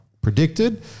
predicted